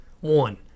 One